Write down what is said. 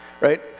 right